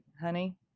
Honey